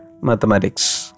mathematics